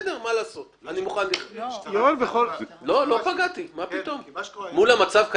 אני מוכן לחיות עם זה.